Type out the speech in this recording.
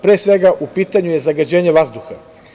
Pre svega, u pitanju je zagađenje vazduha.